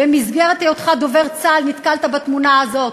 במסגרת היותך דובר צה"ל נתקלת בתמונה הזאת,